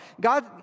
God